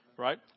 right